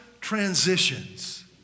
transitions